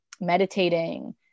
meditating